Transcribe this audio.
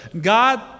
God